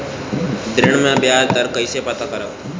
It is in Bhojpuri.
ऋण में बयाज दर कईसे पता करब?